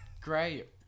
great